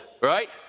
right